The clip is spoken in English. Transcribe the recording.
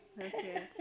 Okay